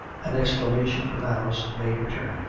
an exclama tion from alice made her turn.